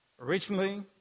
originally